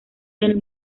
del